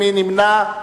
מי נמנע?